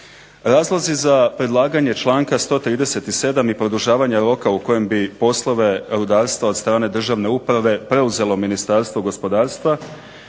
Razlozi za predlaganje članka 137. i produžavanje roka u kojem bi poslove rudarstva od strane državne uprave preuzelo Ministarstvo gospodarstva